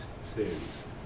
series